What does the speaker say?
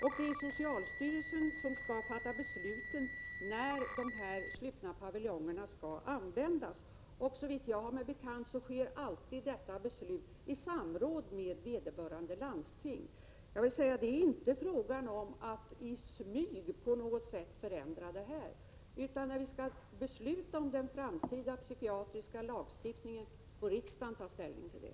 Det är socialstyrelsen som skall fatta beslut om när dessa slutna paviljonger skall användas. Såvitt mig är bekant sker alltid dessa beslut i samråd med vederbörande landsting. Det är inte frågan om att på något sätt i smyg förändra förhållandena. När vi skall besluta om den framtida psykiatriska lagstiftningen får riksdagen ta ställning till det.